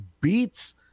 beats